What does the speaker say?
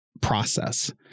process